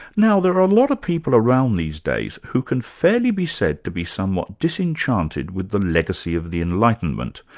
now, there are a lot of people around these days who can fairly be said to be somewhat disenchanted with the legacy of the enlightenment,